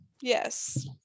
yes